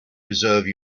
reserve